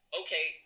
okay